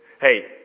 Hey